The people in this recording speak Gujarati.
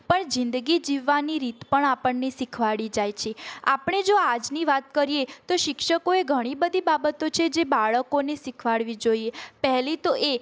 પણ જિંદગી જીવવાની રીત પણ આપણને શીખવાડી જાય છે આપણે જો આજની વાત કરીએ તો શિક્ષકોએ ઘણીબધી બાબતો છે જે બાળકોને શીખવાડવી જોઈએ પહેલી તો એ